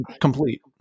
complete